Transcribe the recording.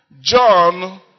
John